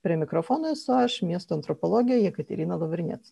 prie mikrofono esu aš miesto antropologė jekaterina lavrinec